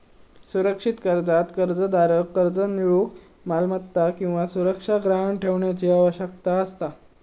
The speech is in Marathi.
सुरक्षित कर्जात कर्जदाराक कर्ज मिळूक मालमत्ता किंवा सुरक्षा गहाण ठेवण्याची आवश्यकता असता